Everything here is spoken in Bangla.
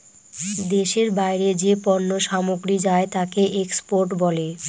দেশের বাইরে যে পণ্য সামগ্রী যায় তাকে এক্সপোর্ট বলে